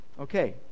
Okay